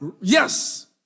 Yes